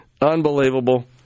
Unbelievable